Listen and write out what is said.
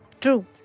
True